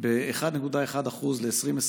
ב-1.1% ב-2021,